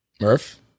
Murph